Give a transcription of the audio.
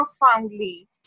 profoundly